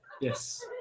yes